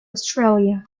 australia